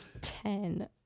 Ten